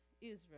Israel